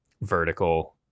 vertical